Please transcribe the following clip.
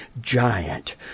giant